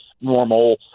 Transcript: normal